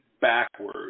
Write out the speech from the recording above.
backwards